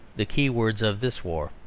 the key-words of this war.